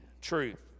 truth